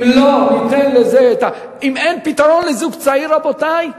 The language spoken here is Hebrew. אם לא ניתן לזה, אם אין פתרון לזוג צעיר, רבותי,